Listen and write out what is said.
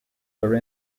their